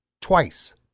Twice